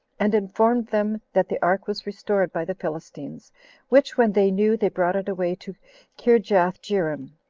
and informed them that the ark was restored by the philistines which when they knew, they brought it away to kirjathjearim,